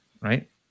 right